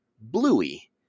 bluey